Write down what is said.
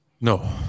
No